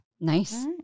Nice